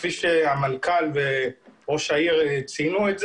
כפי שהמנכ"ל וראש העיר ציינו,